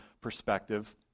perspective